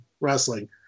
wrestling